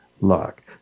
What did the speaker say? luck